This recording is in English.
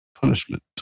punishment